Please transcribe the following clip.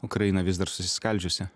ukraina vis dar susiskaldžiusi